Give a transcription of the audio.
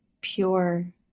pure